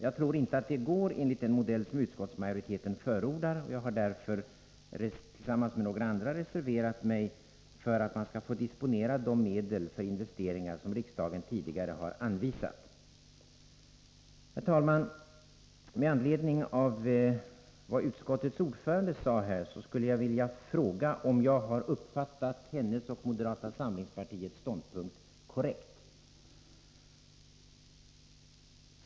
Jag tror inte att detta är möjligt enligt den modell som utskottsmajoriteten förordar, och jag har därför tillsammans med några andra reserverat mig för att man skall få disponera de medel som riksdagen tidigare har anvisat för investeringar. Herr talman! Med anledning av vad utskottets ordförande sade här skulle jag vilja fråga om jag uppfattat hennes och moderata samlingspartiets ståndpunkt korrekt.